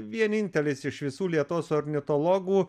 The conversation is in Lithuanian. vienintelis iš visų lietuvos ornitologų